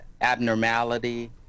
abnormality